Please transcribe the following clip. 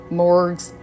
morgues